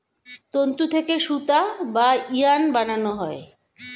তন্তু থেকে সুতা বা ইয়ার্ন বানানো হয়